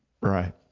Right